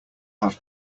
have